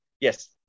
Yes